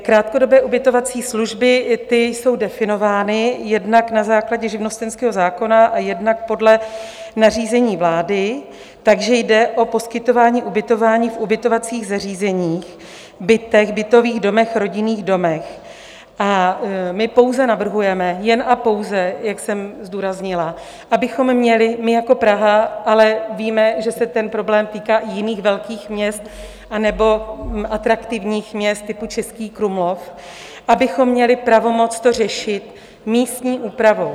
Krátkodobé ubytovací služby jsou definovány jednak na základě živnostenského zákona a jednak podle nařízení vlády, takže jde o poskytování ubytování v ubytovacích zařízeních, bytech, bytových domech, rodinných domech, a my pouze navrhujeme, jen a pouze, jak jsem zdůraznila, abychom měli my jako Praha ale víme, že se ten problém týká i jiných velkých měst anebo atraktivních měst typu Český Krumlov pravomoc to řešit místní úpravou.